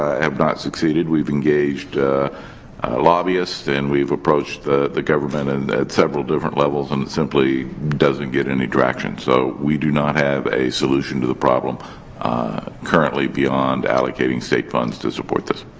ah have not succeeded. we've engaged lobbyists and we've approached the the government and at several different levels. and it simply doesn't get any traction. so, we do not have a solution to the problem currently beyond allocating state funds to support this.